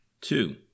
Two